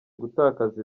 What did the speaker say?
gutakaza